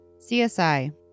CSI